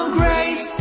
grace